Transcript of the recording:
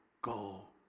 go